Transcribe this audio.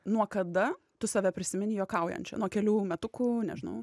nuo kada tu save prisimeni juokaujančią nuo kelių metukų nežinau